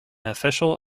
official